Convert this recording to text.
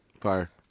Fire